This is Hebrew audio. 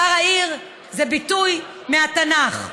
שר העיר זה ביטוי מהתנ"ך.